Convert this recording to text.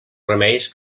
remeis